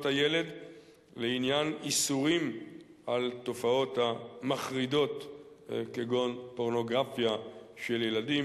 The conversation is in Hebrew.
הילד לעניין איסורים על התופעות המחרידות כגון פורנוגרפיה של ילדים.